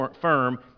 firm